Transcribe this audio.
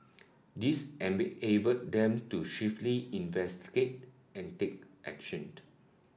this enabled them to investigate and take actioned